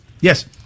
Yes